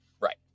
Right